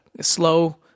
Slow